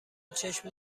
چشم